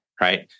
right